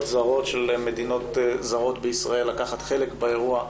זרות של מדינות שונות בישראל לקחת חלק באירוע.